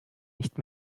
nicht